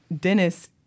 Dennis